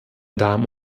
damen